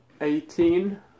Eighteen